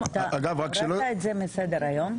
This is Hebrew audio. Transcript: הורדת את זה מסדר היום?